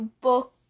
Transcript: book